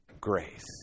grace